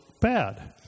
bad